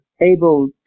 able